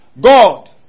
God